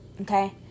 Okay